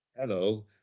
Hello